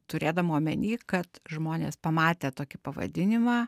turėdama omeny kad žmonės pamatę tokį pavadinimą